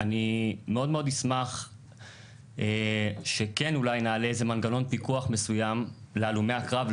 אני מאוד מאוד אשמח שכן אולי נעלה איזה מנגנון פיקוח מסוים להלומי הקרב,